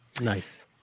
nice